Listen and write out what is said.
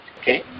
Okay